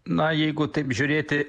na jeigu taip žiūrėti